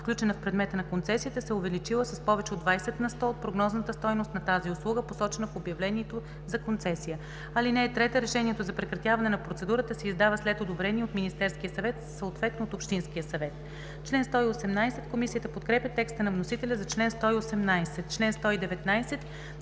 включена в предмета на концесията, се е увеличила с повече от 20 на сто от прогнозната стойност на тази услуга, посочена в обявлението за концесия. (3) Решението за прекратяване на процедурата се издава след одобрение от Министерския съвет, съответно от общинския съвет.“ Комисията подкрепя текста на вносителя за чл. 118. Комисията